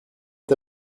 est